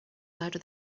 louder